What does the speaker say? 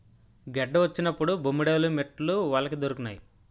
గెడ్డ వచ్చినప్పుడు బొమ్మేడాలు మిట్టలు వలకి దొరికినాయి